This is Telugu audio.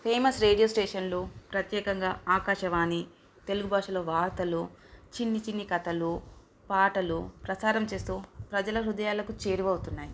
ఫేమస్ రేడియో స్టేషన్లు ప్రత్యేకంగా ఆకాశవాణి తెలుగు భాషలో వార్తలు చిన్ని చిన్ని కథలు పాటలు ప్రసారం చేస్తూ ప్రజల హృదయాలకు చేరువ అవుతున్నాయి